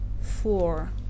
Four